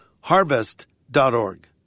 harvest.org